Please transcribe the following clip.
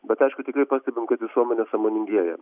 bet aišku tikrai pastebim kad visuomenė sąmoningėja